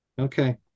okay